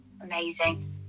amazing